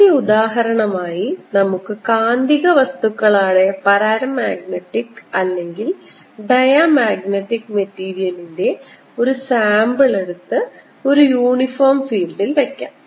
ആദ്യ ഉദാഹരണമായി നമുക്ക് കാന്തിക വസ്തുക്കളായ പാരമാഗ്നറ്റിക് അല്ലെങ്കിൽ ഡയാമാഗ്നറ്റിക് മെറ്റീരിയലിൻറെ ഒരു സാമ്പിൾ എടുത്ത് ഒരു യൂണിഫോം ഫീൽഡിൽ വയ്ക്കുക